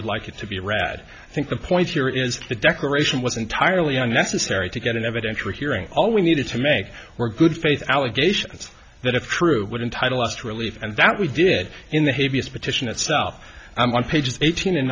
would like it to be rad i think the point here is the declaration was entirely unnecessary to get an evidentiary hearing all we needed to make were good faith allegations that if true would entitle us to relief and that we did in the heaviest petition itself on pages eighteen and